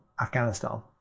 Afghanistan